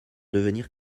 devenir